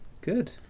Good